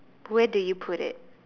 where do you put it